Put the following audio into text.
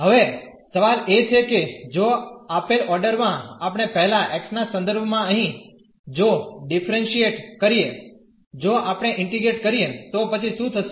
હવે સવાલ એ છે કે જો આપેલ ઓર્ડર માં આપણે પહેલા x ના સંદર્ભમાં અહીં જો ડીફરેંશીયેટ કરીએ જો આપણે ઇન્ટીગ્રેટ કરીએ તો પછી શું થશે